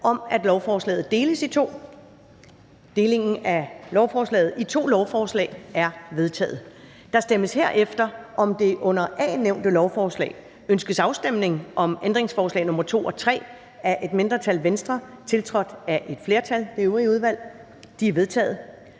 til privat pasning)]. Delingen af lovforslaget i to lovforslag er vedtaget. Der stemmes herefter om det under A nævnte lovforslag: Ønskes afstemning om ændringsforslag nr. 2 og 3 af et mindretal (Venstre), tiltrådt af et flertal (det øvrige udvalg)? De er vedtaget.